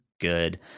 good